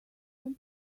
some